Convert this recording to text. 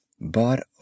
But